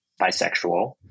bisexual